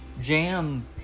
jam